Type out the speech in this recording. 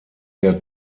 der